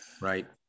right